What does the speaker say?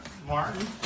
Martin